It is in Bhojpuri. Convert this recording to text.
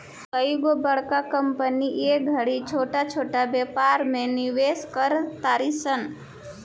कइगो बड़का कंपनी ए घड़ी छोट छोट व्यापार में निवेश कर तारी सन